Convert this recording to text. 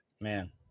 man